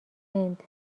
هند